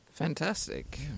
Fantastic